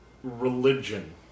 religion